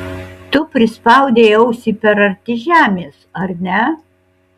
tu prispaudei ausį per arti žemės ar ne